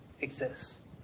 exists